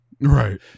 Right